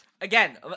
again